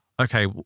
okay